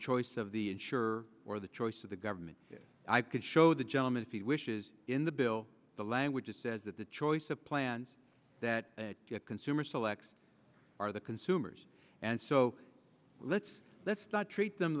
choice of the insurer or the choice of the government i can show the gentleman if he wishes in the bill the language says that the choice of plans that get consumers select are the consumers and so let's let's not treat them